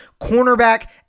cornerback